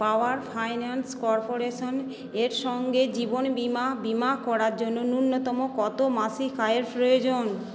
পাওয়ার finance corporation এর সঙ্গে জীবনবীমা বীমা করার জন্য ন্যূনতম কত মাসিক আয়ের প্রয়োজন